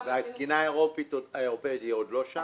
התקינה האירופאית היא עוד לא שם?